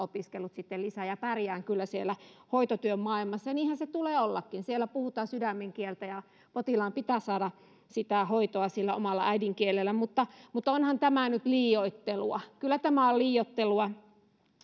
opiskellut sitten lisää ja pärjään kyllä siellä hoitotyön maailmassa ja niinhän sen tulee ollakin siellä puhutaan sydämen kieltä ja potilaan pitää saada hoitoa sillä omalla äidinkielellään mutta mutta onhan tämä nyt liioittelua kyllä tämä on liioittelua